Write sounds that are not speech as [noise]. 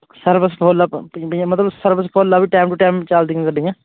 service ਫੁਲ [unintelligible] ਵੀ ਮਤਲਬ service full ਆ ਵੀ ਟਾਈਮ ਟੂ ਟਾਈਮ ਚਲਦੀਆਂ ਗੱਡੀਆਂ